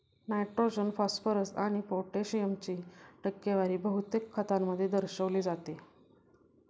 nitrogen, phosphorus आणि पोटॅशियमची टक्केवारी बहुतेक खतांमध्ये दर्शविली जाते